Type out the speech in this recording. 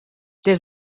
des